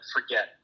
forget